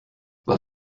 was